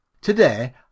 Today